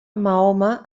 mahoma